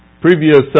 Previous